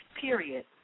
period